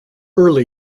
early